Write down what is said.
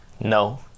No